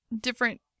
different